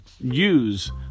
use